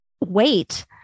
wait